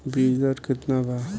बीज दर केतना बा?